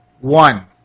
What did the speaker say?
one